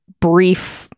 brief